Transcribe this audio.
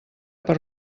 per